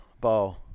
Bow